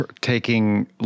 taking